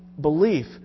belief